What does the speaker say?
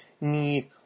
need